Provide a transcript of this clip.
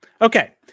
Okay